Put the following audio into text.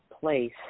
place